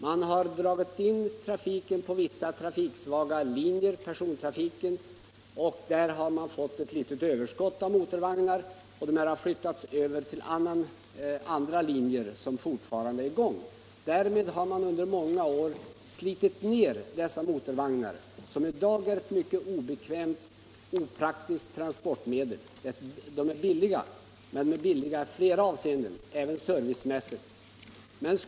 Man har dragit in persontrafiken på vissa trafiksvaga linjer och därigenom fått ett litet överskott av motorvagnar, som har flyttats över till andra linjer som fortfarande är i gång. Dessa motorvagnar har nu slitits ned under många år, och i dag är de ett mycket obekvämt och opraktiskt transportmedel. De är kanske billiga i drift — men i flera avseenden undermåliga, även servicemässigt.